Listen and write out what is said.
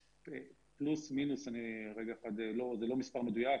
פלוס-מינוס, זה לא מספר מדויק,